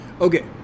Okay